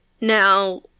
now